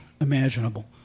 imaginable